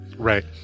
Right